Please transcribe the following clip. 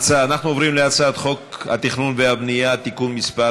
אנחנו עוברים להצעת חוק התכנון והבנייה (תיקון מס'